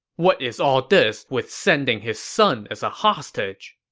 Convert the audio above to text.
what is all this with sending his son as a hostage?